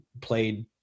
played